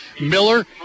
Miller